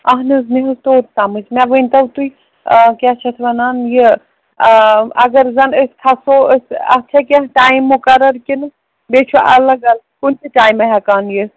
اَہن حظ مےٚ حظ توٚر سَمٕج مےٚ ؤنۍ تو تُہۍ کیٛاہ چھِ اَتھ وَنان یہِ اَگر زَنہٕ أسۍ کھَسو أسۍ اَتھ چھےٚ کیٚنٛہہ ٹایم مُقرر کِنہٕ بیٚیہِ چھُ الگ الگ کُنہِ تہِ ٹایِمہٕ ہٮ۪کان یِتھ